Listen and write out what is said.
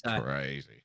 Crazy